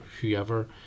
whoever